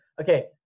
Okay